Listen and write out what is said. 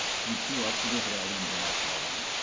can you cue up for this, i got alderman brunette's light on.